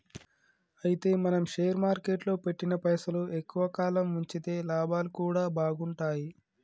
అయితే మనం షేర్ మార్కెట్లో పెట్టిన పైసలు ఎక్కువ కాలం ఉంచితే లాభాలు కూడా బాగుంటాయి